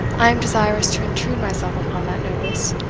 i am desirous to intrude myself upon that notice,